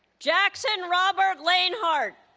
jackson robert lehnhart